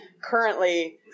currently